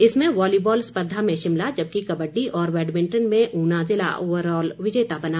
इसमें वॉलीबॉल स्पर्धा में शिमला जबकि कबड्डी और बैडमिंटन में ऊना ज़िला ओवरऑल विजेता बना